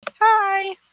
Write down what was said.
Hi